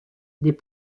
des